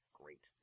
great